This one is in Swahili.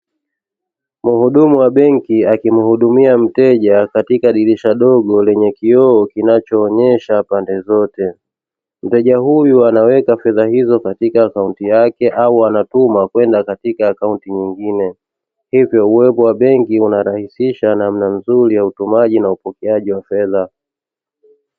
Mhudumu wa benki akimhudumia mteja katika dirisha dogo lenye kioo kinachoonyesha pande zote, mteja huyu anaweka fedha hizo katika akaunti yake au anatuma kwenda katika akaunti nyingine hivyo uwepo wa benki unarahisisha namna nzuri ya utumaji na upokeaji wa fedha.